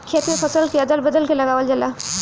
खेत में फसल के अदल बदल के लगावल जाला